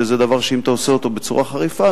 וזה דבר שאם אתה עושה אותו בצורה חריפה,